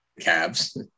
Cavs